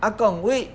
ah gong wait